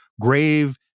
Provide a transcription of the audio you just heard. grave